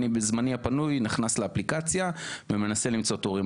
אני בזמני הפנוי נכנס לאפליקציה ומנסה למצוא תורים.